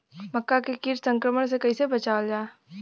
मक्का के कीट संक्रमण से कइसे बचावल जा?